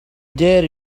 dare